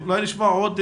אולי נשמע עוד.